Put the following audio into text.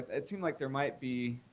it seemed like there might be